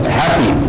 happy